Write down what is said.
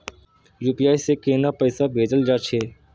UPI से केना पैसा भेजल जा छे?